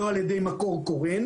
לא על ידי מקור קורן,